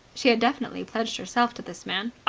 she had definitely pledged herself to this man.